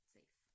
Safe